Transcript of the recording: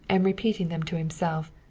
and repeating them to himself.